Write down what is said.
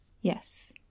Yes